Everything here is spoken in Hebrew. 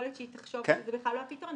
יכול להיות שהיא תחשוב שזה בכלל לא הפתרון,